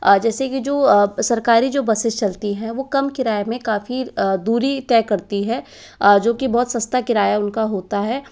जैसे यह जो सरकारी जो बसेस चलती हैं वो कम किराए में काफ़ी दूरी तय करती है जो कि बहुत सस्ता किराया उनका होता है